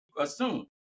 assume